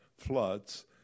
Floods